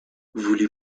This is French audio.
voulez